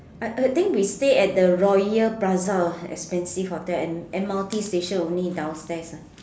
I I think we stay at the royal plaza expensive hotel and m_r_t station only downstairs ah